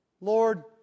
Lord